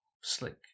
slick